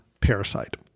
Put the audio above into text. Parasite